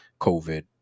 COVID